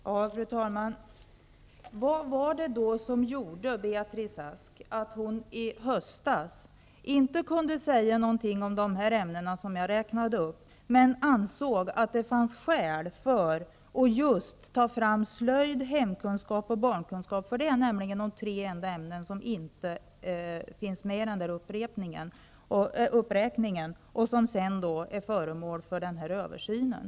Fru talman! Vad var det då som gjorde att Beatrice Ask i höstas inte kunde säga någonting om de här ämnena som jag räknade upp men ändå ansåg att det fanns skäl för att just ta fram slöjd, hemkunskap och barnkunskap, som är de enda tre ämnen som inte finns med i uppräkningen och som är föremål för översynen?